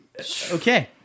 Okay